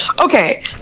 okay